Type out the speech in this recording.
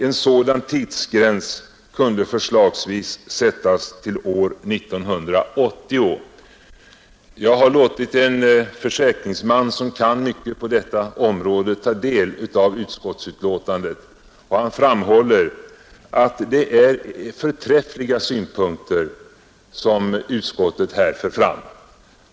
En sådan tidsgräns kunde förslagsvis sättas vid år 1980.” Jag har låtit en försäkringsman som kan mycket på detta område ta del av utskottsbetänkandet, och han framhåller att det är förträffliga synpunkter som utskottsmajoriteten här för fram.